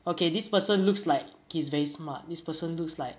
okay this person looks like he's very smart this person looks like